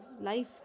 life